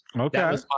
Okay